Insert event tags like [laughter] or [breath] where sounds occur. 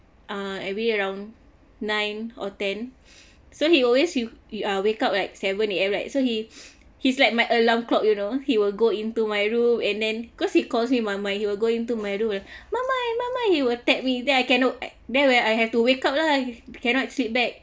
uh everyday around nine or ten so he always you you uh wake up at seven A_M right so he [breath] he's like my alarm clock you know he will go into my room and then cause he calls me mamai he will go into my room mamai mamai he will attack me then I cannot then when I have to wake up lah cannot sleep back